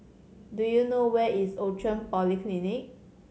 do you know where is Outram Polyclinic